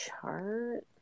chart